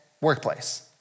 workplace